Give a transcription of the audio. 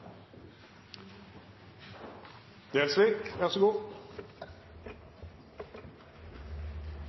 Gjelsvik er så